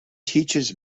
teaches